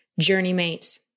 journeymates